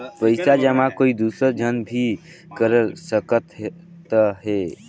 पइसा जमा कोई दुसर झन भी कर सकत त ह का?